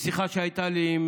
לפי שיחה שהייתה לי עם